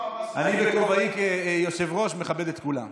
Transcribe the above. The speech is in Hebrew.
אני בכובעי כיושב-ראש מכבד את כולם.